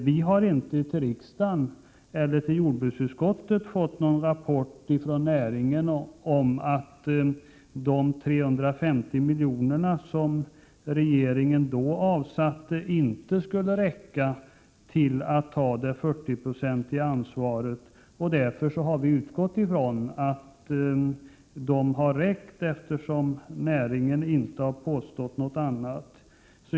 Vi har inte till riksdagen eller till jordbruksutskottet fått någon rapport från näringen om att de 350 miljoner som regeringen avsatte inte skulle räcka till att täcka det 40-procentiga ansvaret. Därför har vi utgått från att pengarna har räckt, eftersom näringen inte har påstått något annat.